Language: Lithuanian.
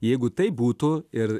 jeigu taip būtų ir